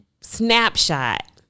snapshot